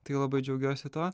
tai labai džiaugiuosi tuo